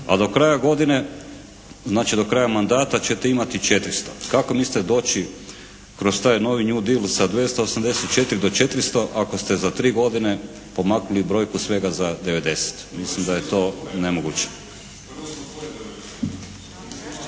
a do kraja godine, znači do kraja mandata ćete imati 400. Kako mislite doći kroz taj novi «new deal» sa 284 do 400 ako ste za 3 godine pomaknuli brojku svega za 90? Mislim da je to nemoguće.